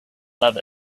love